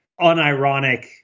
unironic